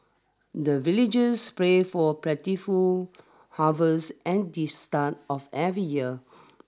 the villagers pray for plentiful harvest at the start of every year